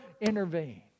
intervene